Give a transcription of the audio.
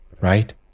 Right